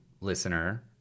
listener